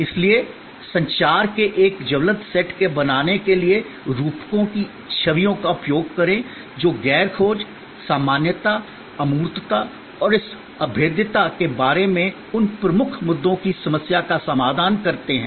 इसलिए संचार के एक ज्वलंत सेट को बनाने के लिए रूपकों की छवियों का उपयोग करें जो गैर खोज सामान्यता अमूर्तता और इस अभेद्यता के बारे में उन प्रमुख मुद्दों की समस्या का समाधान करते हैं